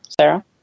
Sarah